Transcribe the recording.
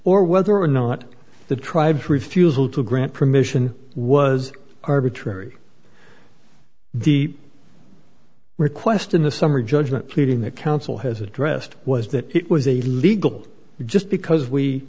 or whether or not the tribes refusal to grant permission was arbitrary the request in the summary judgment pleading the council has addressed was that it was a legal just because we